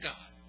God